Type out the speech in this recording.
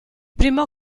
primo